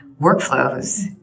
workflows